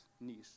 niche